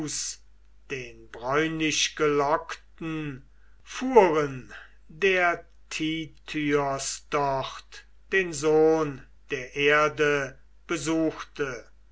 den bräunlichgelockten fuhren der tityos dort den sohn der erde besuchte